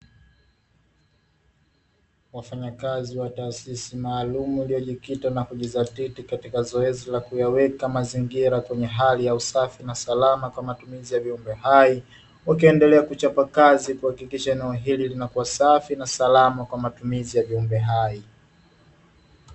Wafanyakazi wa taasisi maalumu iliyojikita na kujidhatiti katika zoezi la kuyaweka mazingira kwenye hali ya usafi na salama kwa matumizi ya viumbe hai, wakiendelea kuchapa kazi kuhakikisha eneo hili linakuwa safi na salamu kwa matumizi ya viumbe hai.